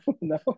no